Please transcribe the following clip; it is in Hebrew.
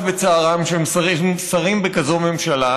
אני אולי שותף לצערם שהם שרים בכזאת ממשלה,